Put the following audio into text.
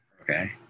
Okay